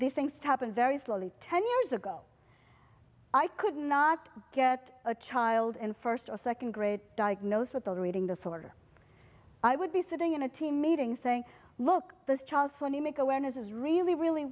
these things happen very slowly ten years ago i could not get a child in first or second grade diagnosed with the eating disorder i would be sitting in a team meeting saying look this child when you make awareness is really really